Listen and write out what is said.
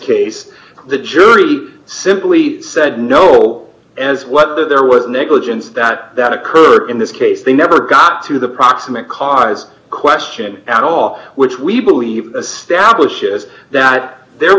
case the jury simply said no as whether there was negligence that that occurred in this case they never got to the proximate cause question at all which we believe stablish is that they